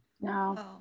no